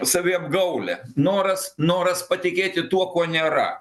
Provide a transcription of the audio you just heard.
saviapgaulė noras noras patikėti tuo ko nėra